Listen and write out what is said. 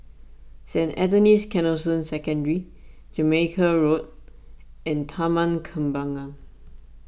Saint Anthony's Canossian Secondary Jamaica Road and Taman Kembangan